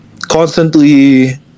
constantly